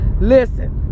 listen